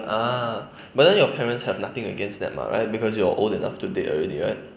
ah but then your parents have nothing against that mah right because you are old enough to date already right